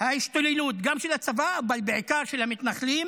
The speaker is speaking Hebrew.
גם של הצבא אבל בעיקר של המתנחלים.